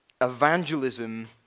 evangelism